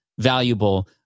valuable